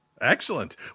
Excellent